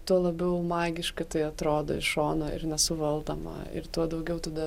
tuo labiau magiška tai atrodo iš šono ir nesuvaldoma ir tuo daugiau tada